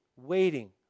waiting